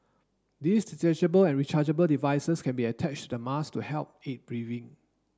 these detachable and rechargeable devices can be attached to the mask to help aid breathing